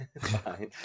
Fine